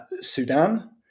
Sudan